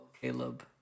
Caleb